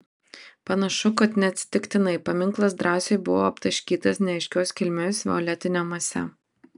panašu kad neatsitiktinai paminklas drąsiui buvo aptaškytas neaiškios kilmės violetine mase